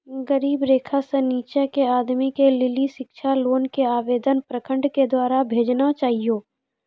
गरीबी रेखा से नीचे के आदमी के लेली शिक्षा लोन के आवेदन प्रखंड के द्वारा भेजना चाहियौ?